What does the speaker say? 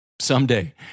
someday